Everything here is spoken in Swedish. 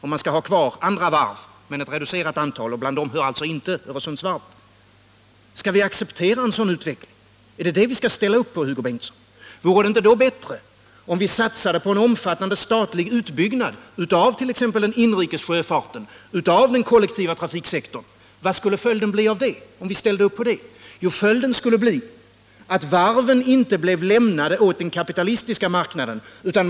Man skall ha kvar ett reducerat antal varv, och till de varven hör alltså inte Öresundsvarvet. Skall vi acceptera en sådan utveckling? Är det det vi skall ställa upp på, Hugo Bengtsson? Vore det inte bättre om vi satsade på en omfattande statlig utbyggnad av t.ex. den inrikes sjöfarten och den kollektiva trafiken? Vad skulle följden härav bli? Jo, följden skulle bli att varven inte lämnades åt den kapitalistiska marknaden.